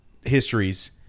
histories